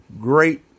Great